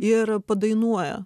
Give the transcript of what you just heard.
ir padainuoja